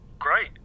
great